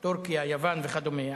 טורקיה, יוון וכדומה.